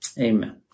amen